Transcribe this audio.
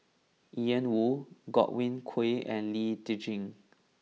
Ian Woo Godwin Koay and Lee Tjin